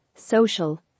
social